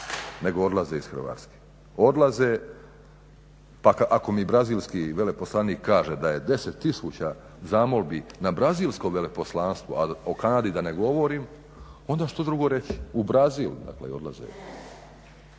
nego odlaze iz Hrvatske, pa ako mi brazilski veleposlanik kaže da je 10 tisuća zamolbi na brazilsko veleposlanstvo a o Kanadi da ne govorim onda što drugo reći, u Brazil dakle